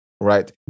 right